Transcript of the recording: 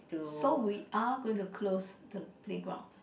so we are going to close the playground